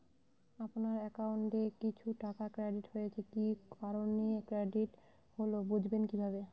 আপনার অ্যাকাউন্ট এ কিছু টাকা ক্রেডিট হয়েছে কি কারণে ক্রেডিট হল বুঝবেন কিভাবে?